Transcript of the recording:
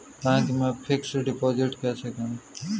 Bank में fix deposit कैसे करें?